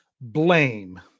blame